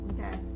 Okay